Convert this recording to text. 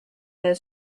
their